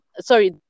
Sorry